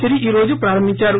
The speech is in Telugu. సిరి ఈ రోజు ప్రారంభించారు